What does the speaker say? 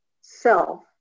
self